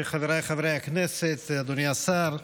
חבריי חברי הכנסת, אדוני השר,